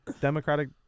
Democratic